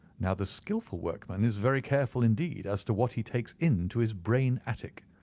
now the skilful workman is very careful indeed as to what he takes into his brain-attic.